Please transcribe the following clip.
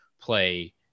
play